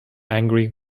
angry